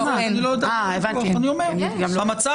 - המצב